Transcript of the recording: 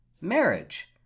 marriage